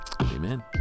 Amen